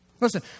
Listen